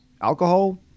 alcohol